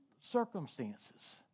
circumstances